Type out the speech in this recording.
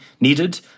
needed